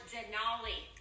Denali